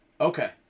Okay